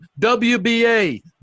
WBA